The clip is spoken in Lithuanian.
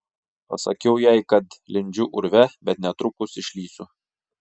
pasakiau jai kad lindžiu urve bet netrukus išlįsiu